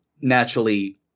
naturally